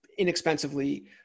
inexpensively